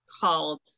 called